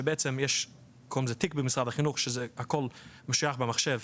זה תיק במשרד החינוך שזה הכל משוייך במחשב,